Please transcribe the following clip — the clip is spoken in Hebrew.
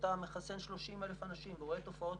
כשאתה מחסן 30,000 אנשים ורואה תופעות